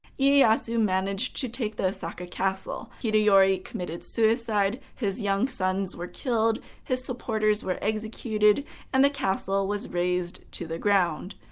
yeah ieyasu managed to take the osaka castle. hideyori committed suicide, his young sons were killed, his supporters were executed and the castle was razed to the ground.